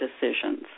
decisions